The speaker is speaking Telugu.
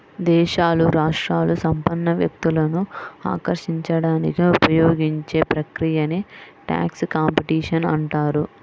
దేశాలు, రాష్ట్రాలు సంపన్న వ్యక్తులను ఆకర్షించడానికి ఉపయోగించే ప్రక్రియనే ట్యాక్స్ కాంపిటీషన్ అంటారు